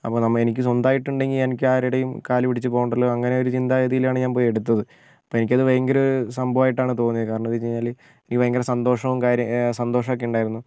അപ്പോൾ നമ്മൾ എനിക്ക് സ്വന്തമായിട്ടുണ്ടെങ്കിൽ എനിക്ക് ആരുടെയും കാലുപിടിച്ച് പോകണ്ടല്ലോ അങ്ങനെ ഒരു ചിന്താഗതിയിലാണ് ഞാൻ പോയി എടുത്തത് അപ്പോൾ എനിക്ക് ഭയങ്കര സംഭവം ആയിട്ടാണ് തോന്നിയത് കാരണം എന്താണെന്ന് വെച്ചുകഴിഞ്ഞാൽ എനിക്ക് ഭയങ്കര സന്തോഷവും കാര്യവും സന്തോഷവുമൊക്കെ ഉണ്ടായിരുന്നു